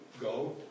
go